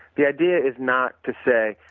the idea is not to say,